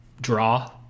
draw